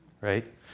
Right